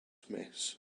mess